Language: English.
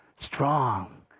strong